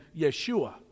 Yeshua